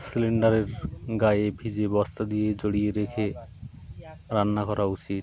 সিলিন্ডারের গায়ে ভিজে বস্তা দিয়ে জড়িয়ে রেখে রান্না করা উচিত